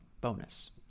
bonus